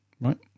right